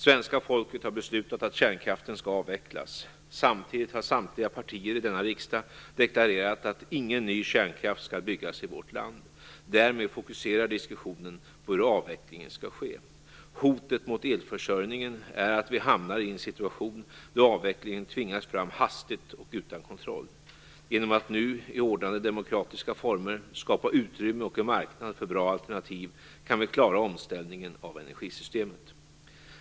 Svenska folket har beslutat att kärnkraften skall avvecklas. Samtidigt har samtliga partier i denna riksdag deklarerat att ingen ny kärnkraft skall byggas i vårt land. Därmed fokuserar diskussionen på hur avvecklingen skall ske. Hotet mot elförsörjningen är att vi hamnar i en situation då avvecklingen tvingas fram hastigt och utan kontroll. Genom att nu, i ordnade demokratiska former, skapa ett utrymme och en marknad för bra alternativ kan vi klara omställningen av energisystemet.